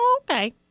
okay